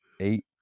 eight